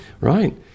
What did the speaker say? right